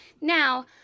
now